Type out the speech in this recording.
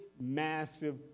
massive